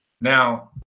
now